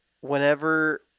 whenever